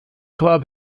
club